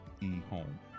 e-home